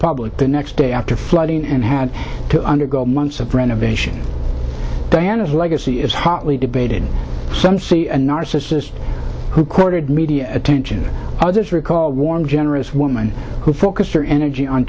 public the next day after flooding and had to undergo months of renovation diana's legacy is hotly debated some see a narcissist who courted media attention others recalled warm generous woman who focus your energy on